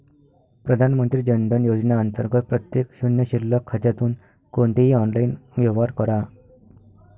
प्रधानमंत्री जन धन योजना अंतर्गत प्रत्येक शून्य शिल्लक खात्यातून कोणतेही ऑनलाइन व्यवहार करा